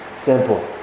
Simple